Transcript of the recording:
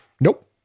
nope